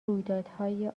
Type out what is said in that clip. رویدادهای